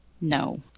No